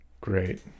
Great